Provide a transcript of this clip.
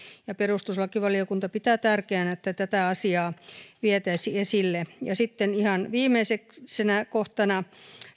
ja perustuslakivaliokunta pitää tärkeänä että tätä asiaa vietäisiin esille sitten ihan viimeisenä kohtana